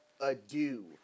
adieu